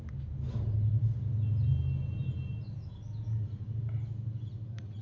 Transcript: ಸರಕುಗಳು ಮತ್ತು ಸರಬರಾಜುಗಳು ಕಚ್ಚಾ ವಸ್ತುಗಳಿಂದ ಹಿಡಿದು ಪೂರ್ಣಗೊಂಡ ಉತ್ಪನ್ನ ಅದ್ಕ್ಕ ಗೂಡ್ಸ್ ಅನ್ತಾರ